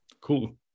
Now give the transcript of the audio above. Cool